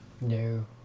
No